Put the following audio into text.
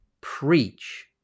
preach